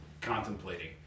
contemplating